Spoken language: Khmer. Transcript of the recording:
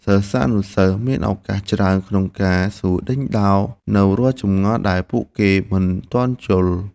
សិស្សានុសិស្សមានឱកាសច្រើនក្នុងការសួរដេញដោលនូវរាល់ចម្ងល់ដែលពួកគេមិនទាន់យល់។